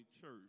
church